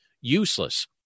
useless